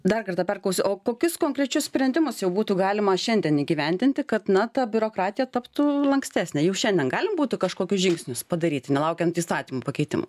dar kartą perklausiu o kokius konkrečius sprendimus jau būtų galima šiandien įgyvendinti kad na ta biurokratija taptų lankstesnė jau šiandien galima būtų kažkokius žingsnius padaryti nelaukiant įstatymų pakeitimų